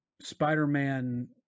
Spider-Man